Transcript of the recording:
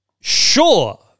Sure